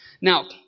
Now